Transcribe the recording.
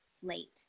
Slate